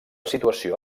situació